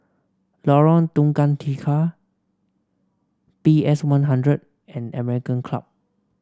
Lorong Tukang Tiga P S One Hundred and American Club